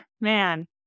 man